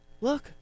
look